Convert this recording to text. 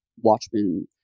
Watchmen